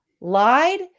lied